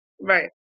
Right